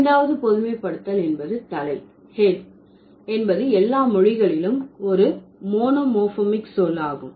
ஐந்தாவது பொதுமைப்படுத்தல் என்பது தலை h e a d என்பது எல்லா மொழிகளிலும் உள்ள ஒரு மோனோமார்பெமிக் சொல் ஆகும்